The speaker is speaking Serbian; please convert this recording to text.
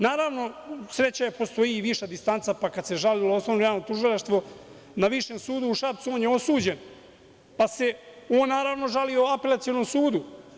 Naravno, sreća je da postoji i viša instanca pa kada se žalilo osnovno javno tužilaštvo na Višem sudu u Šapcu on je osuđen pa se on naravno žalio Apelacionom sudu.